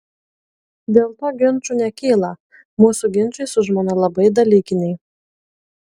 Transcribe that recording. dėl to ginčų nekyla mūsų ginčai su žmona labai dalykiniai